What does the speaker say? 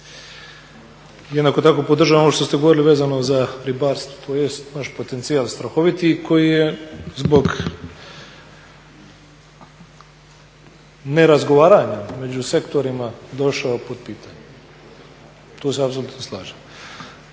Jednako tako podržavam ovo što ste govorili za ribarstvo, to jest naš potencijal strahoviti koji je zbog ne razgovaranja među sektorima došao pod pitanje, to se apsolutno slažem.